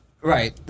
Right